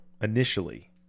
initially